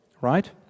right